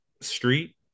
street